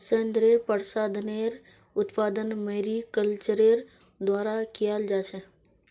सौन्दर्य प्रसाधनेर उत्पादन मैरीकल्चरेर द्वारा कियाल जा छेक